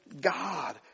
God